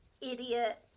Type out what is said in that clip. idiot